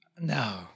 No